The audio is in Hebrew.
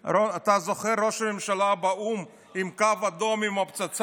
אתה זוכר את ראש הממשלה באו"ם עם קו אדום עם הפצצה?